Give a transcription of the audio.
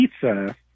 pizza